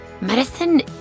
Medicine